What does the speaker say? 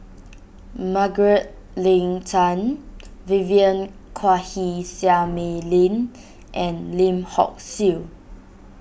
Margaret Leng Tan Vivien Quahe Seah Mei Lin and Lim Hock Siew